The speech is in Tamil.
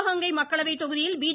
சிவகங்கை மக்களவைத் தொகுதியில் பி